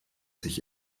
sich